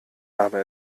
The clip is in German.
habe